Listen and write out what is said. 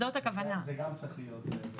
והן גם פשוטות וגם קצרות.